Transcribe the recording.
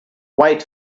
wait